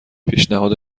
پیشنهاد